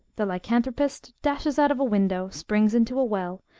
the lycanthropist dashes out of a window, springs into a weu,